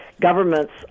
Governments